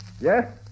Yes